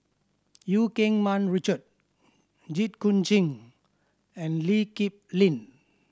Eu Keng Mun Richard Jit Koon Ch'ng and Lee Kip Lin